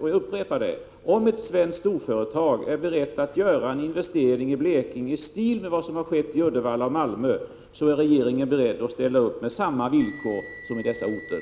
och jag upprepar det: Om ett svenskt storföretag är berett att göra en investering i Blekinge i stil med vad som skett i Uddevalla och Malmö, är regeringen beredd att ställa upp med samma villkor som på dessa orter.